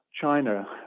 China